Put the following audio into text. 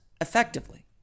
effectively